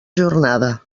jornada